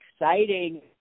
exciting